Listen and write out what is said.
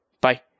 Bye